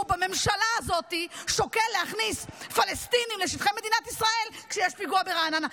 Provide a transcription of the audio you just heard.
בממשלה הזו שוקל להכניס פלסטינים לשטחי מדינת ישראל כשיש פיגוע ברעננה.